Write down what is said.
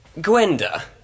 Gwenda